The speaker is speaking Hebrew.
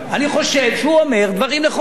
אני חושב שהוא אומר דברים נכונים.